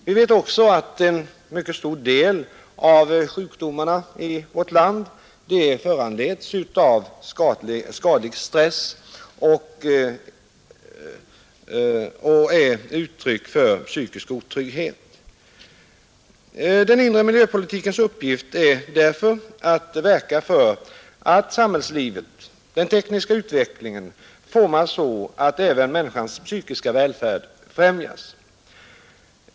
Vi vet också att en mycket stor del av sjukdomarna i vårt land föranleds av skadlig stress och är uttryck för psykisk otrygghet. Den inre miljöpolitikens uppgift är därför att verka för att samhällslivet och den tekniska utvecklingen formas så att även människans psykiska välfärd främjas.